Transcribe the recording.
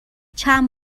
چند